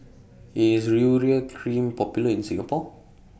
IS Urea Cream Popular in Singapore